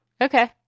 Okay